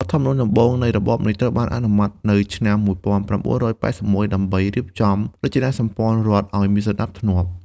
រដ្ឋធម្មនុញ្ញដំបូងនៃរបបនេះត្រូវបានអនុម័តនៅឆ្នាំ ១៩៨១ ដើម្បីរៀបចំរចនាសម្ព័ន្ធរដ្ឋឱ្យមានសណ្តាប់ធ្នាប់។